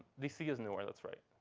dc is newer. that's right.